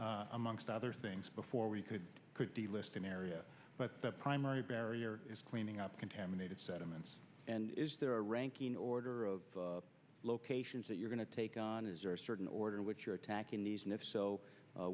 there amongst other things before we could put the list in the area but the primary barrier is cleaning up contaminated sediments and is there a ranking order of locations that you're going to take on is there a certain order which you're attacking these and if so